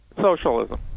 socialism